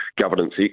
governance